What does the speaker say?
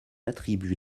attribue